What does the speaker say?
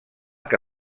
que